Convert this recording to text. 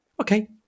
okay